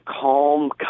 calm